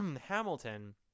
hamilton